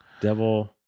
devil